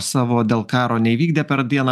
savo dėl karo neįvykdė per dieną